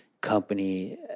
company